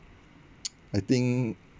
I think